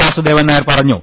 വാസുദേവൻ നായർ പറഞ്ഞു